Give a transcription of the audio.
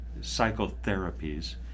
psychotherapies